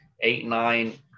eight-nine